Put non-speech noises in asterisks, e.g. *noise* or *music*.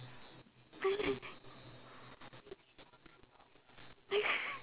*laughs*